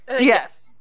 Yes